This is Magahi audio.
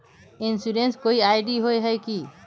इंश्योरेंस कोई आई.डी होय है की?